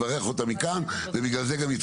אז מה קרה?